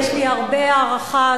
יש לי הרבה הערכה,